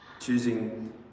Choosing